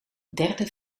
derde